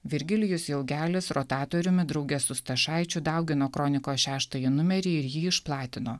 virgilijus jaugelis rotatoriumi drauge su stašaičiu daugino kronikos šeštąjį numerį ir jį išplatino